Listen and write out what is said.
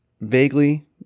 vaguely